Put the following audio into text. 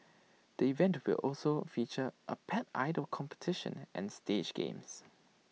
the event will also feature A pet idol competition and stage games